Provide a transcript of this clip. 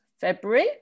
February